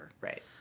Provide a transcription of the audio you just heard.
Right